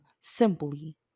simply